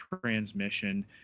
transmission